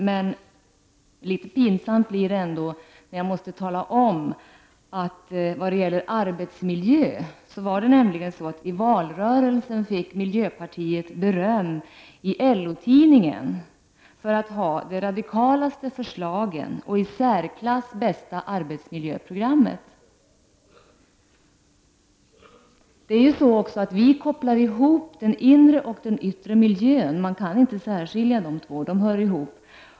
Men litet pinsamt blir det när jag måste tala om att just när det gäller arbetsmiljön fick miljöpartiet i valrörelsen beröm i LO-tidningen för att ha de radikalaste förslagen och det i särklass bästa arbetsmiljöprogrammet. Vi kopplar ihop den inre och den yttre miljön. Man kan inte särskilja dem, de hör ihop.